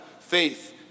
faith